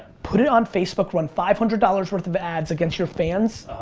put it on facebook, run five hundred dollars worth of ads against your fans,